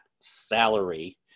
salary